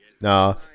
No